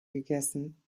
gegessen